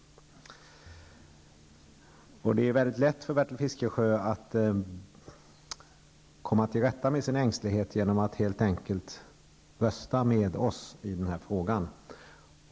Det är mycket lätt för Bertil Fiskesjö att komma till rätta med sin ängslighet genom att helt enkelt rösta med oss vänsterpartister i den här frågan.